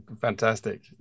Fantastic